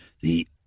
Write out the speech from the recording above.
The